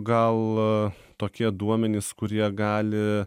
gal tokie duomenys kurie gali